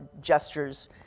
gestures